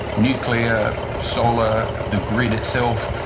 nuclear, solar, the grid itself,